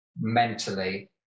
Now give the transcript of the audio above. mentally